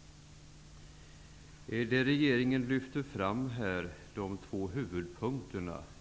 De två huvudpunkter som regeringen lyfter fram